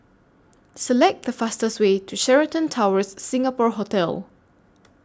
Select The fastest Way to Sheraton Towers Singapore Hotel